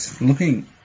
looking